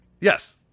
Yes